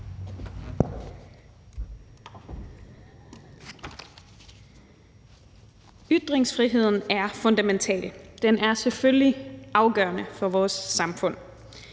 Ytringsfriheden er fundamental, den er selvfølgelig afgørende for vores samfund.